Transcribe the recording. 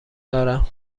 دارم